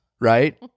right